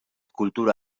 kultura